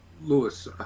Lewis